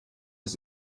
ist